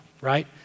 right